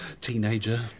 Teenager